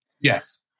Yes